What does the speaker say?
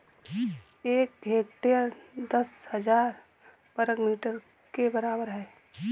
एक हेक्टेयर दस हजार वर्ग मीटर के बराबर है